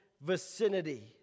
vicinity